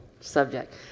subject